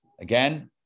Again